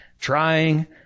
trying